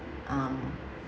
um